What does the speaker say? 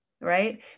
right